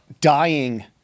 dying